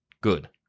Good